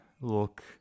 look